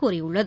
கூறியுள்ளது